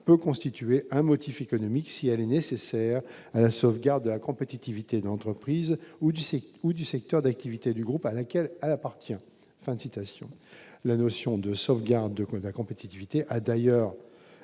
la notion de sauvegarde Claude à compétitivité a d'ailleurs